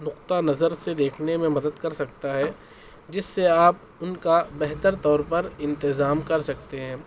نقطہ نظر سے دیکھنے میں مدد کر سکتا ہے جس سے آپ ان کا بہتر طور پر انتظام کر سکتے ہیں